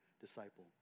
disciple